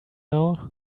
now